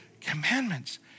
commandments